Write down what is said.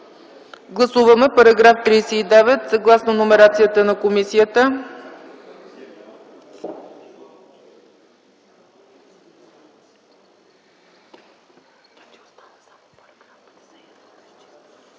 Гласуваме § 39 съгласно номерацията на комисията.